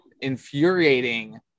infuriating